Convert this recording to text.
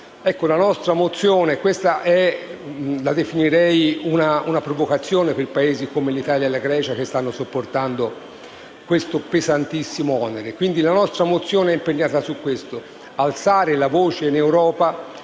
la nostra mozione è impegnata su questo: alzare la voce in Europa